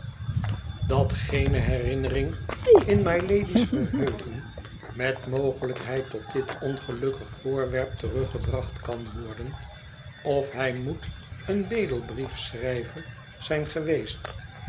dat geene herinnering in mylady's geheugen met mogelijkheid tof dit ongelukkig voorwerp teruggebracht kan worden of hij moet een bedelbriefschrijver zijn geweest